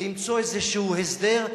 למצוא איזשהו הסדר,